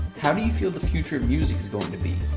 how do you feel the future of music is going to be?